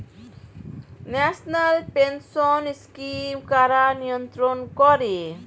National pension scheme কারা নিয়ন্ত্রণ করে?